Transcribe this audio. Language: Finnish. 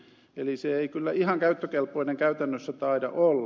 eli se ei kyllä ihan käyttökelpoinen käytännössä taida olla